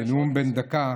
בנאום בן דקה,